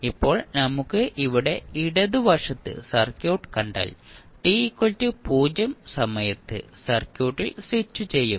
ഇപ്പോൾ നമുക്ക് ഇവിടെ ഇടതുവശത്ത് സർക്യൂട്ട് കണ്ടാൽ t0 സമയത്ത് സർക്യൂട്ടിൽ സ്വിച്ചുചെയ്യും